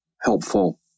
helpful